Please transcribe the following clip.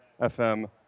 FM